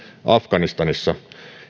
afganistanissa